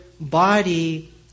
body